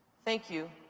thank you.